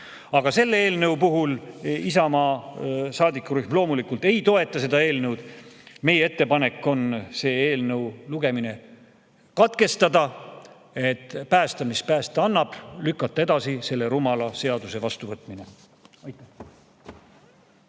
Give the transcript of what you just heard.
Vabariigis on tehtud. Isamaa saadikurühm loomulikult ei toeta seda eelnõu. Meie ettepanek on see eelnõu lugemine katkestada, et päästa, mis päästa annab, ja lükata edasi selle rumala seaduse vastuvõtmine. Aitäh!